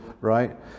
right